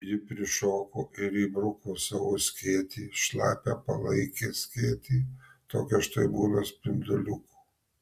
ji prišoko ir įbruko savo skėtį šlapią palaikį skėtį tokio štai būta spinduliuko